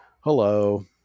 hello